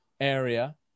area